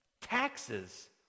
Taxes